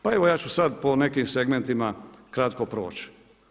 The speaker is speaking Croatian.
Pa evo ja ću sada po nekim segmentima kratko proći.